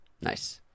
Nice